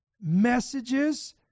messages